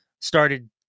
started